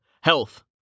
Health